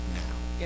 now